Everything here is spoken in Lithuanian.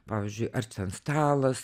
pavyzdžiui ar ten stalas